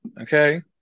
Okay